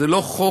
זה לא חוק,